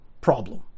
problem